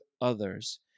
others